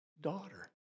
daughter